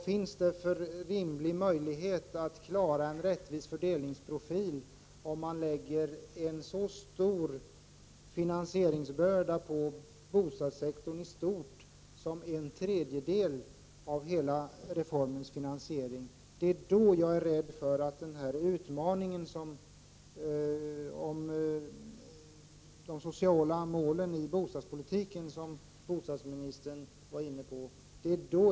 Finns det någon rimlig möjlighet att klara en rättvis fördelningsprofil om en så tung finansieringsbörda läggs på bostadssektorn i stort — det handlar ju om hur en tredjedel av hela skattereformen skall finansieras? Det är i det läget som jag är rädd för den utmaning när det gäller de sociala målen i bostadspolitiken som bostadsministern var inne på.